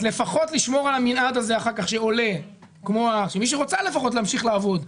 לפחות לשמור על המנעד הזה שאחר כך מי שרוצה לפחות להמשיך לעבוד,